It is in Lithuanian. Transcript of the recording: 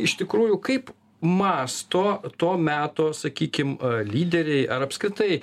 iš tikrųjų kaip mąsto to meto sakykim lyderiai ar apskritai